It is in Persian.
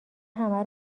همه